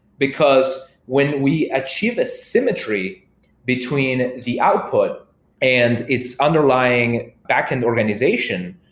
because when we achieve a symmetry between the output and its underlying backend organization,